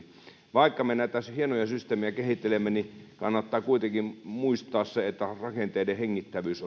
vaikka me näitä hienoja systeemejä kehittelemme niin kannattaa kuitenkin muistaa se että rakenteiden hengittävyys